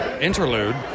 interlude